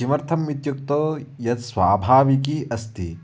किमर्थम् इत्युक्तौ यत्स्वाभाविकी अस्ति